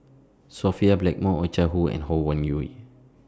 Sophia Blackmore Oh Chai Hoo and Ho Wan Hui